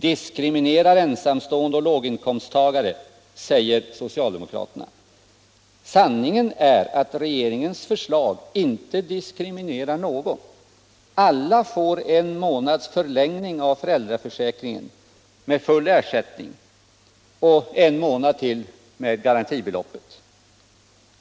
diskriminerar ensamstående och låginkomsttagare, säger socialdemokraterna. Sanningen är att regeringens förslag inte diskriminerar någon. Alla får en månads förlängning av föräldraförsäkringen med full ersättning och en månad till med garantibeloppet.